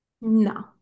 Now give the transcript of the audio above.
no